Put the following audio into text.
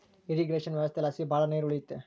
irrigation ವ್ಯವಸ್ಥೆಲಾಸಿ ಭಾಳ ನೀರ್ ಉಳಿಯುತ್ತೆ